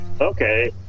okay